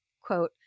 Quote